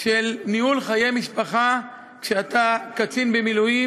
שבניהול חיי משפחה כאשר אתה קצין במילואים,